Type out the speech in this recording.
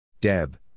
Deb